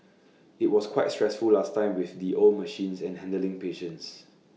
IT was quite stressful last time with the old machines and handling patients